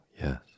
Yes